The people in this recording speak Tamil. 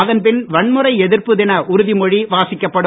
அதன் பின் வன்முறை எதிர்ப்பு தின உறுதிமொழி வாசிக்கப்படும்